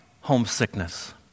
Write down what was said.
homesickness